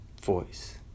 voice